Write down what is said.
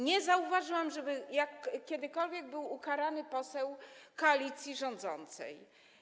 Nie zauważyłam, żeby kiedykolwiek był ukarany poseł koalicji rządzącej.